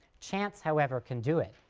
chance, however, can do it.